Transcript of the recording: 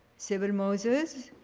sibyl moses